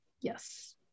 Yes